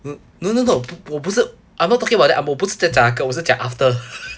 mm no no no 我不是 I'm not talking about that 我不是在讲那个我是讲 after